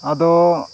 ᱟᱫᱚ